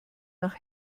nach